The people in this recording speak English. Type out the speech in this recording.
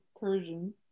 Persian